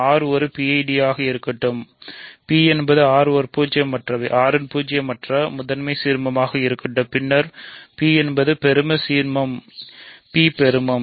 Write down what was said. R ஒரு PID ஆக இருக்கட்டும் P என்பது R இன் பூஜ்ஜியமற்ற முதன்மை சீர்மமாக இருக்கட்டும் பின்னர் P என்பது பெரும சீர்மமாகும் P பெருமம்